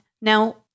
Now